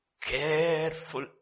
careful